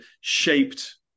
shaped